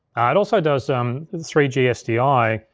it also does um and three g sdi.